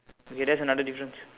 okay that's another difference